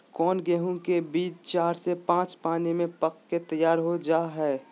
कौन गेंहू के बीज चार से पाँच पानी में पक कर तैयार हो जा हाय?